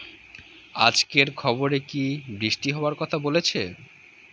আজকের খবরে কি বৃষ্টি হওয়ায় কথা বলেছে?